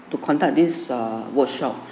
to conduct this err workshop